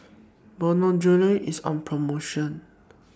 Bonjela IS on promotion